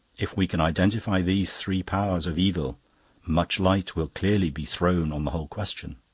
if we can identify these three powers of evil much light will clearly be thrown on the whole question.